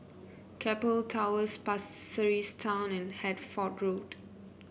Keppel Towers Pasir Ris Town and Hertford Road